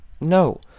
No